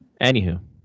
Anywho